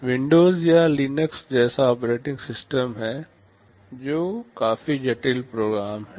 Windows या Linux जैसा operating system है वे काफी जटिल प्रोग्राम हैं